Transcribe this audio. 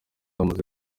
hamaze